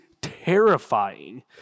terrifying